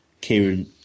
Kieran